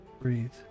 Breathe